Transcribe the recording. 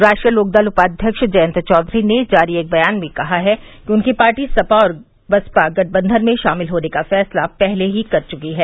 रालोद उपाध्यक्ष जयन्त चौधरी ने जारी एक बयान में कहा है कि उनकी पार्टी सपा और बसपा गठबंधन में शामिल होने का फैसला पहले ही कर चुकी है